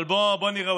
אבל בואו נראה,